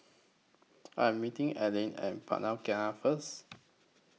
I Am meeting Eliana At Jalan Pelikat First